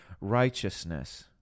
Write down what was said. righteousness